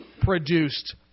produced